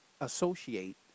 associate